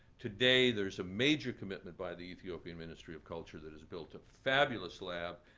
today, there's a major commitment by the ethiopian ministry of culture that has built a fabulous lab.